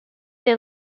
they